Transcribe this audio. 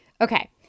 Okay